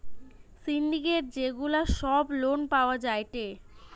syndicate যে গুলা সব লোন পাওয়া যায়টে